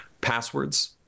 Passwords